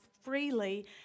freely